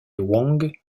wong